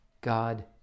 God